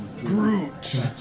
Groot